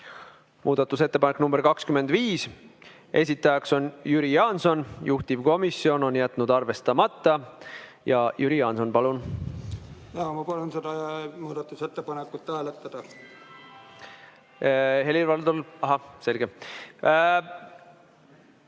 Muudatusettepanek nr 25, esitajaks on Jüri Jaanson, juhtivkomisjon on jätnud arvestamata. Jüri Jaanson, palun! Ma palun seda muudatusettepanekut hääletada. Ma palun seda